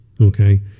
Okay